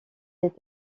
des